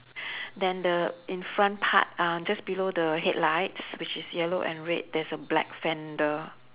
then the in front part uh just below the headlights which is yellow and red there's a black fender